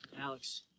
Alex